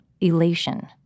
elation